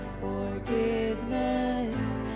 Forgiveness